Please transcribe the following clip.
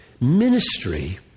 Ministry